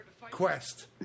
quest